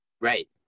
Right